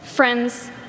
friends